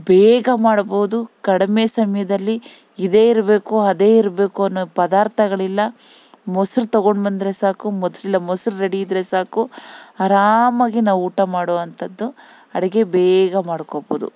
ಬೇಗ ಮಾಡಬಹುದು ಕಡಿಮೆ ಸಮಯದಲ್ಲಿ ಇದೇ ಇರ್ಬೇಕು ಅದೇ ಇರಬೇಕು ಅನ್ನೋ ಪದಾರ್ಥಗಳಿಲ್ಲ ಮೊಸರು ತೊಗೊಂಡು ಬಂದರೆ ಸಾಕು ಇಲ್ಲಾ ಮೊಸರು ರೆಡಿ ಇದ್ದರೆ ಸಾಕು ಆರಾಮಾಗಿ ನಾವು ಊಟ ಮಾಡೊವಂತದ್ದು ಅಡಿಗೆ ಬೇಗ ಮಾಡಿಕೋಬಹುದು